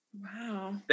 Wow